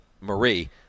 Marie